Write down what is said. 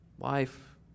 life